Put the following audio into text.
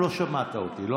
לא שמעת אותי.